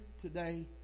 today